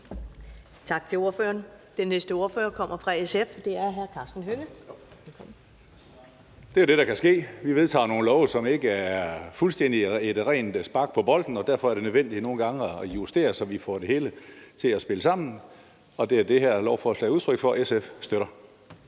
Tak til ordføreren. Den næste ordfører kommer fra SF, og det er hr. Karsten Hønge. Velkommen. Kl. 10:08 (Ordfører) Karsten Hønge (SF): Det er jo det, der kan ske: Vi vedtager nogle love, som ikke er et fuldstændig rent spark på bolden, og derfor er det nødvendigt nogle gange at justere, så vi får det hele til at spille sammen. Det er det her lovforslag udtryk for, og SF støtter